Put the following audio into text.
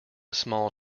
small